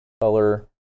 color